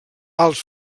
alts